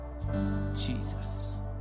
jesus